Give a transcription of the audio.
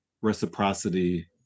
reciprocity